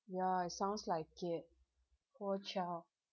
ya it sounds like it poor child